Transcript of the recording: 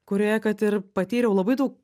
kurioje kad ir patyriau labai daug